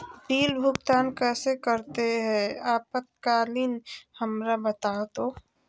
Bill भुगतान कैसे करते हैं आपातकालीन हमरा बताओ तो?